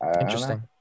Interesting